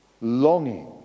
longing